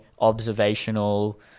observational